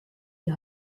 die